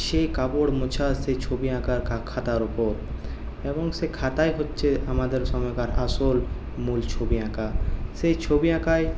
সে কাপড় মোছা সে ছবি আঁকার খাতার ওপর এবং সে খাতায় হচ্ছে আমাদের সময়কার আসল মূল ছবি আঁকা সেই ছবি আঁকায়